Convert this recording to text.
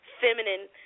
feminine